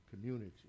community